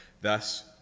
Thus